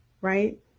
right